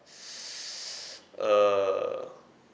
uh